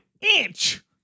inch